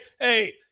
hey